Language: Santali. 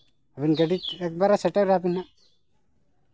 ᱟᱹᱵᱤᱱ ᱜᱟᱹᱰᱤ ᱮᱠᱵᱟᱨᱮ ᱥᱮᱴᱮᱨ ᱟᱹᱵᱤᱱ ᱦᱟᱸᱜ